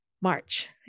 March